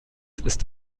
ist